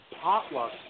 potluck